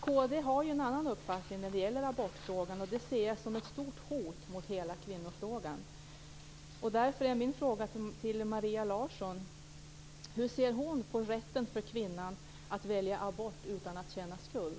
Kristdemokraterna har ju en annan uppfattning i abortfrågan, och det ser jag som ett stort hot mot hela kvinnofrågan. Därför är min fråga till Maria Larsson: Hur ser Maria Larsson på rätten för kvinnan att välja abort utan att känna skuld?